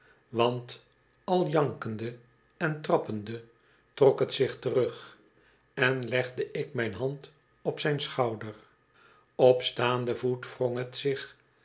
want al jankende en trappende trok het zich terug en legde ik mijn hand op zijn schouder op staanden voet wrong het zich